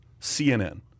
CNN